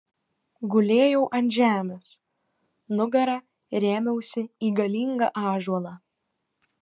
gulėjau ant žemės nugara rėmiausi į galingą ąžuolą